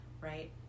right